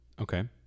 Okay